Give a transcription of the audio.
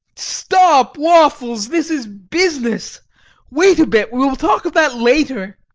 stop, waffles. this is business wait a bit, we will talk of that later.